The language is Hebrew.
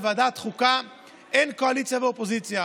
בוועדת חוקה אין קואליציה ואופוזיציה,